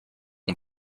ont